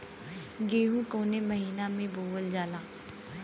गेहूँ कवने महीना में बोवल जाला?